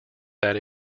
that